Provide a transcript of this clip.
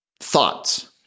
thoughts